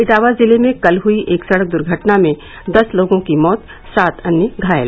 इटावा जिले में कल हई एक सडक दुर्घटना में दस लोगों की मौत सात अन्य घायल